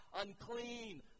unclean